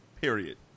period